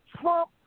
Trump